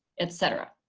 etc.